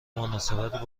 مناسبت